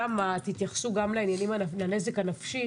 תתייחסו גם לנזק הנפשי